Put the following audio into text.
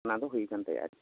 ᱚᱱᱟ ᱫᱚ ᱦᱩᱭ ᱟᱠᱟᱱᱟ ᱛᱟᱭᱟ ᱟᱨᱠᱤ